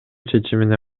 чечимине